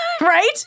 right